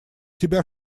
тебя